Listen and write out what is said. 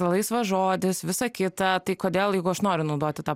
laisvas žodis visą kitą tai kodėl jeigu aš noriu naudoti tą